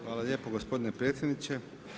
Hvala lijepa gospodine predsjedniče.